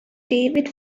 david